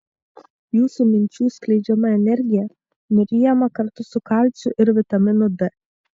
jūsų minčių skleidžiama energija nuryjama kartu su kalciu ir vitaminu d